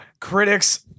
critics